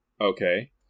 Okay